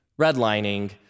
Redlining